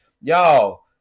Y'all